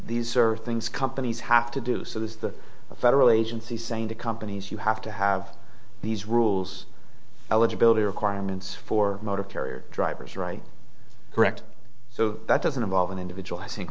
these are things companies have to do so the federal agency saying to companies you have to have these rules eligibility requirements for motor carrier drivers right correct so that doesn't involve an individual i think